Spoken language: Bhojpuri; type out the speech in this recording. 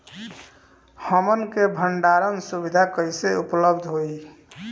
हमन के भंडारण सुविधा कइसे उपलब्ध होई?